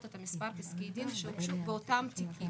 את מספר פסקי הדין שהוגשו באותם תיקים.